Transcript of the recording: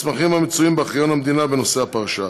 מסמכים המצויים בארכיון המדינה בנושא הפרשה,